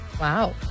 Wow